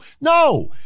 No